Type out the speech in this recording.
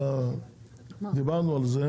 אלא דיברנו על זה,